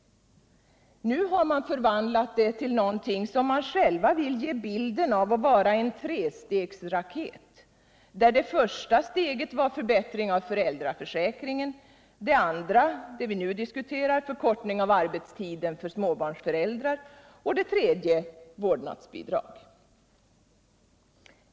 Nu har man förvandlat det till något som man själv vill ge bilden av att vara en trestegsraket, där det första steget var förbättring av föräldraförsäkringen, det andra, som vi nu diskuterar, förkortning av arbetstiden för småbarnsföräldrar och det tredje vårdnadsbidrag.